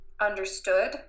understood